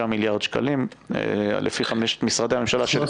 מיליארד שקלים לפי חמשת משרדי ממשלה שמניתי.